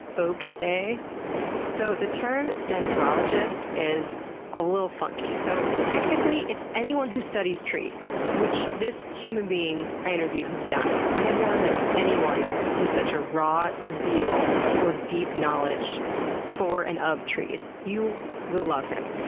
oak-ay? so the term dendrologist is a little funky. so technically, it's anyone who studies trees, which this human being i interviewed has done. i have never met anyone with such a raw zeal or deep knowledge for and of trees. you will love him.